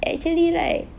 actually like